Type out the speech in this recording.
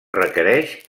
requereix